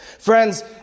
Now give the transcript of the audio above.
Friends